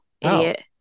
Idiot